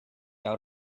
out